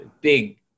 big